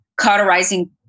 cauterizing